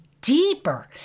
deeper